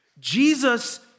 Jesus